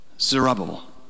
Zerubbabel